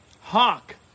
Hawk